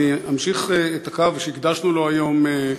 אני אמשיך את הקו שהקדשנו לו היום,